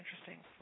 interesting